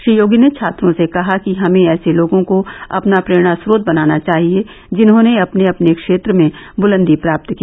श्री योगी ने छात्रों से कहा कि हमें ऐसे लोगों को अपना प्रेरणास्रोत बनाना चाहिए जिन्होंने अपने अपने क्षेत्र में बुलंदी प्राप्त की